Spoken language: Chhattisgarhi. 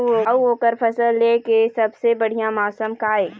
अऊ ओकर फसल लेय के सबसे बढ़िया मौसम का ये?